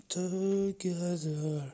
together